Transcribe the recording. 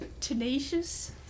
tenacious